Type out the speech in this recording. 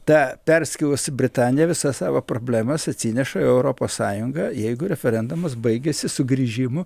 ta perskilusi britanija visas savo problemas atsineša į europos sąjungą jeigu referendumas baigiasi sugrįžimu